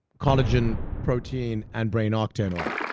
collagen, protein and brain octane oil.